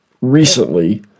recently